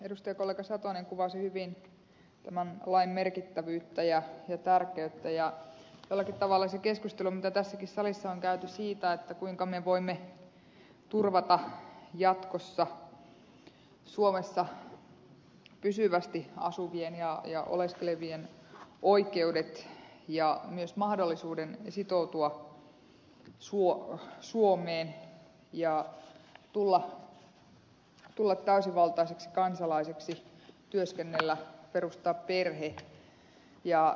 edustajakollega satonen kuvasi hyvin tämän lain merkittävyyttä ja tärkeyttä ja jollakin tavalla näkyy se keskustelu mitä tässäkin salissa on käyty siitä kuinka me voimme turvata jatkossa suomessa pysyvästi asuvien ja oleskelevien oikeudet ja myös mahdollisuuden sitoutua suomeen ja tulla täysivaltaiseksi kansalaiseksi työskennellä perustaa perhe